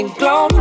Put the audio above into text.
glow